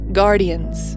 guardians